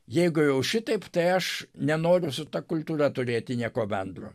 jeigu jau šitaip tai aš nenoriu su ta kultūra turėti nieko bendro